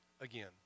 again